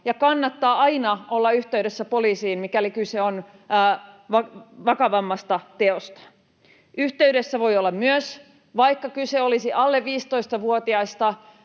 ja kannattaa aina olla yhteydessä poliisiin, mikäli kyse on vakavammasta teosta. Yhteydessä voi olla myös, vaikka kyse olisi alle 15-vuotiaista.